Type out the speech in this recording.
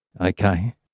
Okay